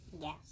Yes